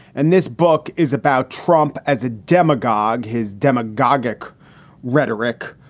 and this book is about trump as a demagogue, his demagogic rhetoric.